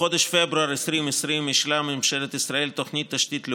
בחודש פברואר 2020 אישרה ממשלת ישראל תוכנית תשתית לאומית,